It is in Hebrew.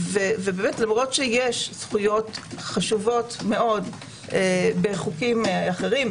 למרות שיש זכויות חשובות מאוד בחוקים אחרים,